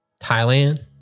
Thailand